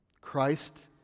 Christ